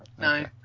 no